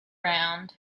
round